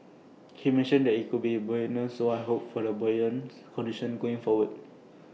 he mentioned that IT could be buoyant so I hope for buoyant conditions going forward